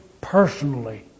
personally